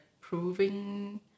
proving